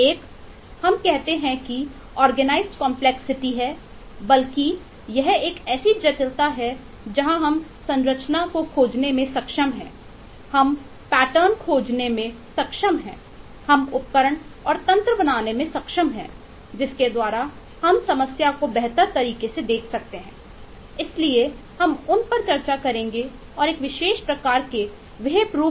1 हम कह सकते हैं कि ऑर्गेनाइज कंपलेक्सिटी के मानक रूप